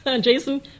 Jason